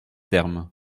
thermes